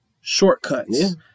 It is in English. shortcuts